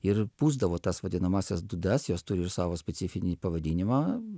ir pūsdavo tas vadinamąsias dūdas jos turi ir savo specifinį pavadinimą